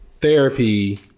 therapy